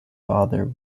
father